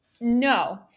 No